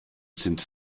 sind